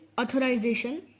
authorization